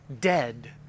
dead